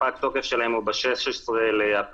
הפג תוקף שלהם הוא ב-16 באפריל,